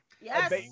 Yes